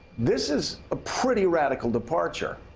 this is a pretty radical departure.